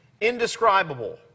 indescribable